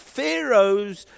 Pharaoh's